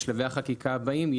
בשלבי החקיקה הבאים,